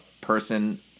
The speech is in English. person